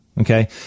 Okay